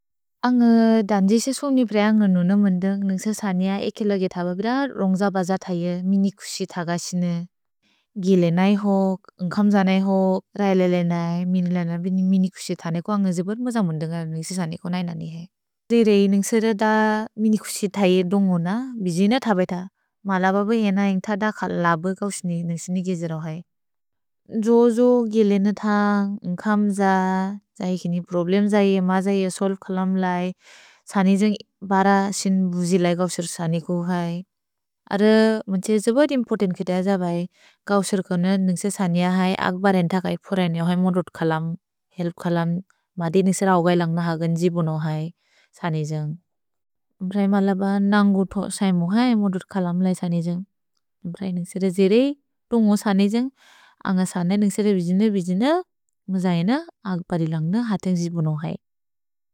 अन्ग् न्ग्ë दन्जे से सोम्नि प्रए अन्ग् न्ग्ë नुन्ë म्ëन्द्ëन्ग् न्ëन्ग्से सनिय एकेलोगे तबबिद रोन्ग्ज बज तये मिनिकुक्सि तग सिन्ë। गिले नै होक्, न्ग्कम्ज नै होक्, रैलेले नै, मिनिले नै, मिनिकुक्सि तनेको अन्ग् न्ë जिबुर् मोज म्ëन्द्ëन्ग् अन्ग् न्ëन्ग्से सनिको नै ननि हेइ। जिर्ëइ न्ëन्ग्से र द मिनिकुक्सि तये दुन्गोन, बिजिन तबेत, मल बब्ë येन य्न्ग्त द कल्लब कव् सिन्ë न्ëन्ग्से नि गिजिर्ó हेइ। जो जो गिले न्ë थन्ग्, न्ग्कम्ज, त्सैकिनि प्रोब्लेम् त्सैकिने म त्सैकिने सोल्व् कल्लम् लै। सनिजेन्ग् बर सिन् बुजि लै गव्सुर् सनिको है। अर्र म्ëन् त्से जिबुत् इम्पोर्तन्त् कितज बै, गव्सुर् कोनो न्ëन्ग्से सनिय है, अग्बर् एन्त कज्त् फोरेन् योहै मोदोत् कल्लम्। हेल्प् कल्लन् मदि न्ëन्ग्से रओगै लन्ग् न हगन् जिबुनोहै, सनिजेन्ग्। म्ब्रै मल ब नन्गुतो सैमोहै मोदोत् कल्लम् लै सनिजेन्ग्। म्ब्रै न्ëन्ग्से र जिरेइ, तुन्गो सनिजेन्ग्, अन्ग सन न्ëन्ग्से र बिजिन बिजिन म जैन अग्बरि लन्ग् न हतेन् जिबुनोहै।